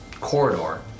corridor